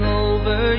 over